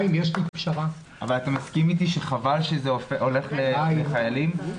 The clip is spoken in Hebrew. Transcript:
אתה מסכים איתי שחבל שזה הולך לחיילים?